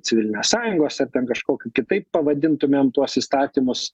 civilinės sąjungos ar ten kažkokių kitaip pavadintumėm tuos įstatymus